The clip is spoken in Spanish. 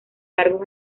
cargos